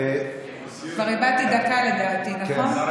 כבר איבדתי דקה לדעתי, לפחות דקה.